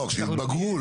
לא, כשיתבגרו אולי.